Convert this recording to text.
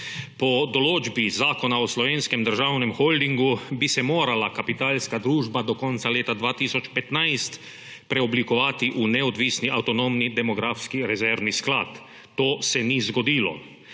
Po določbi Zakona o Slovenskem državnem holdingu bi se morala Kapitalska družba do konca leta 2015 preoblikovati v neodvisni avtonomni demografski rezervni sklad. To se ni zgodilo.